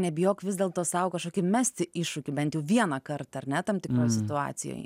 nebijok vis dėl to sau kažkokį mesti iššūkį bent jau vieną kartą ar ne tam tikroj situacijoj